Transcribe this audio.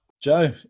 Joe